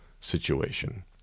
situation